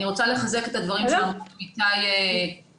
אני רוצה לחזק את הדברים של עמיתיי מהקהילה.